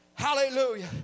hallelujah